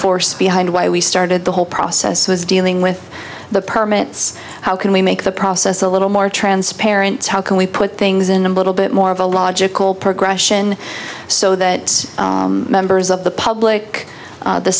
force behind why we started the whole process was dealing with the permits how can we make the process a little more transparent how can we put things in a little bit more of a logical progression so that members of the public